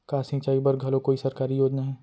का सिंचाई बर घलो कोई सरकारी योजना हे?